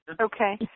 Okay